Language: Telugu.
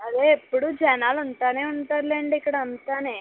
అదే ఎప్పుడూ జనాలు ఉంటూనే ఉంటారులెండి ఇక్కడ అంతాను